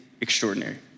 extraordinary